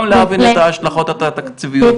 גם להבין את ההשלכות התקציביות.